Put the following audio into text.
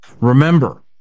Remember